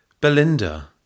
Belinda